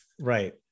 Right